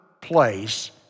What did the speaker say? place